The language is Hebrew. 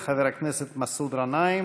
חבר הכנסת מסעוד גנאים,